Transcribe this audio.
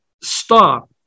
stop